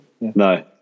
no